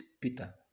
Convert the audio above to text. Peter